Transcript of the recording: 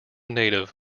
native